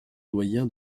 doyen